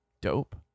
Dope